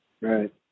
right